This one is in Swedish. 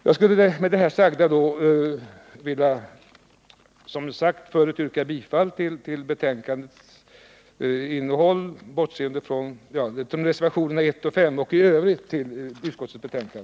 Jag yrkar, som sagt, bifall till reservationerna 1 och 5 och i övrigt bifall till utskottets hemställan.